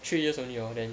three years only hor then